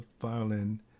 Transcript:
violin